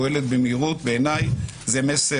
אנחנו מבחינים בסימני עלייה מסוימת.